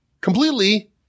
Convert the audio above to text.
completely